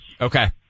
okay